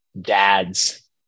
dad's